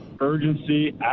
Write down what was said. urgency